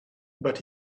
but